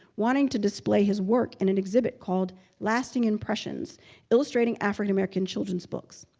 wanting to display his work in an exhibit called lasting impressions illustrating african-american children's books.